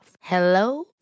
Hello